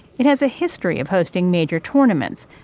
it has a history of hosting major tournaments.